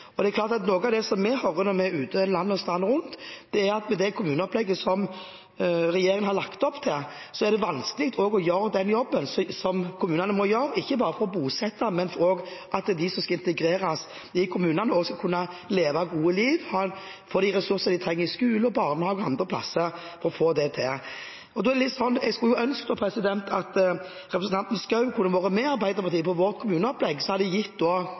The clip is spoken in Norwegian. noe av det vi hører når vi er ute land og strand rundt, er at med det kommuneopplegget som regjeringen har lagt opp til, er det vanskelig å gjøre den jobben som kommunene må gjøre – ikke bare med å bosette, men at de som skal integreres i kommunene, også skal kunne leve gode liv og få de ressurser de trenger i skole, barnehage og andre plasser for å få det til. Jeg skulle jo ønske at representanten Schou kunne ha vært med på Arbeiderpartiets kommuneopplegg, som hadde gitt kommunene 2 mrd. kr mer. Spørsmålet mitt er: Hvis kommunene hadde fått vårt opplegg, ville en da kunne gjort denne jobben bedre, med hensyn til både bosetting og